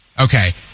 Okay